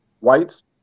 Whites